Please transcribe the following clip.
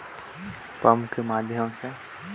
गहूं म पानी कइसे सिंचबो ता हमर गहूं हर बढ़िया होही?